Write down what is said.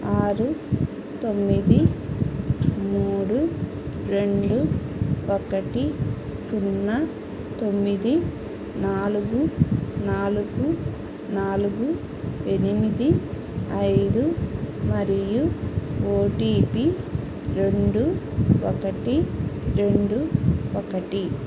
ఆరు తొమ్మిది మూడు రెండు ఒకటి సున్నా తొమ్మిది నాలుగు నాలుగు నాలుగు ఎనిమిది ఐదు మరియు ఓటీపీ రెండు ఒకటి రెండు ఒకటి